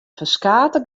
ferskate